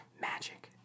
Magic